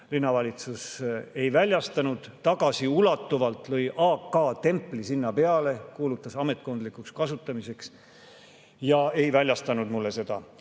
Linnavalitsus ei väljastanud, tagasiulatuvalt lõi AK-templi sinna peale, kuulutas ametkondlikuks kasutamiseks ja ei väljastanud mulle seda.